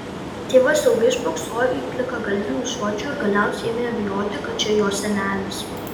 tėvas ilgai spoksojo į plikagalvį ūsočių ir galiausiai ėmė abejoti kad čia jo senelis